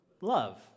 Love